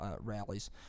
rallies